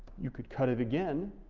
you could cut it again